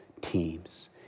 teams